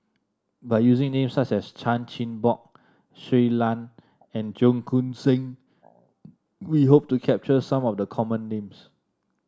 by using names such as Chan Chin Bock Shui Lan and Cheong Koon Seng we hope to capture some of the common names